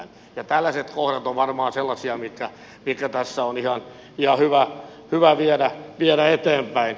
tällaiset kohdat ovat varmaan sellaisia mitkä tässä on ihan hyvä viedä eteenpäin